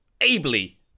ably